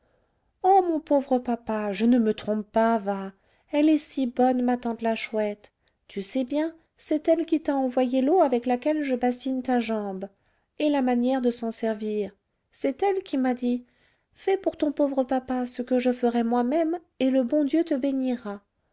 oh mon pauvre papa je ne me trompe pas va elle est si bonne ma tante la chouette tu sais bien c'est elle qui t'a envoyé l'eau avec laquelle je bassine ta jambe et la manière de s'en servir c'est elle qui m'a dit fais pour ton pauvre papa ce que je ferais moi-même et le bon dieu te bénira